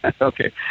Okay